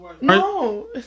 No